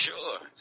Sure